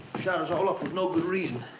shot us all up for no good reason.